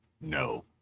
No